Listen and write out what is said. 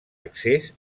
accés